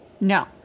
No